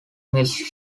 music